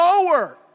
lower